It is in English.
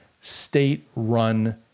state-run